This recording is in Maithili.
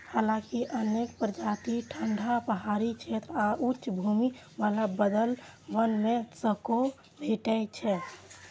हालांकि अनेक प्रजाति ठंढा पहाड़ी क्षेत्र आ उच्च भूमि बला बादल वन मे सेहो भेटै छै